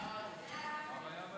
ההצעה להעביר